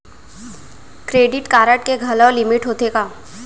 Credit card के घलव limit होथे का?